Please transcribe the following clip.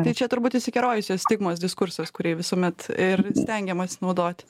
tai čia turbūt išsikerojusios stigmos diskursas kurį visuomet ir stengiamasi naudoti